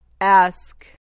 Ask